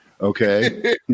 okay